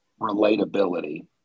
relatability